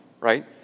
Right